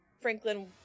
Franklin